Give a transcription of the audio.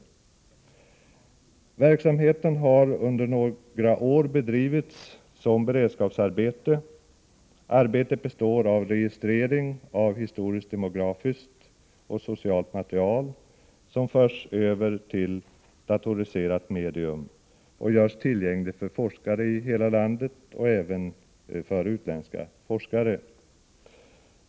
Denna verksamhet har under några år bedrivits som beredskapsarbete. Arbetet består av registrering av historiskt demografiskt och socialt material som förs över till datoriserat medium och görs tillgängligt för forskare i hela landet och även för utländska forskare.